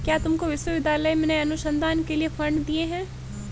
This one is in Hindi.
क्या तुमको विश्वविद्यालय ने अनुसंधान के लिए फंड दिए हैं?